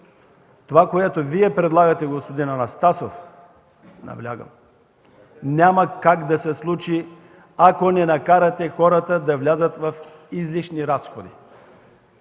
Това, което Вие предлагате, господин Анастасов – наблягам, няма как да се случи, ако не накарате хората да влязат в излишни разходи.